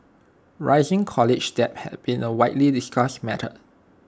rising college debt had been A widely discussed matter